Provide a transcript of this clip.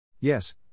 Yes